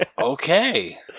okay